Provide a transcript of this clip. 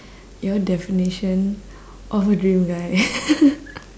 your definition of a dream guy